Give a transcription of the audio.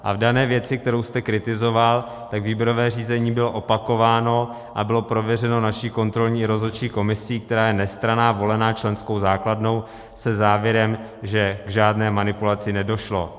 A v dané věci, kterou jste kritizoval, výběrové řízení bylo opakováno a bylo prověřeno naší kontrolní rozhodčí komisí, která je nestranná, volená členskou základnou, se závěrem, že k žádné manipulaci nedošlo.